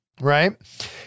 Right